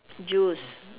juice